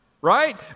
right